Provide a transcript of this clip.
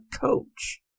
coach